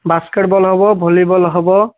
basketball ହେବ volleyball ହେବ